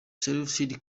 seleucid